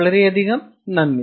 വളരെയധികം നന്ദി